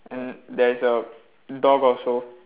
and there is a dog also